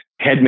head